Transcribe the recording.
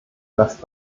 rest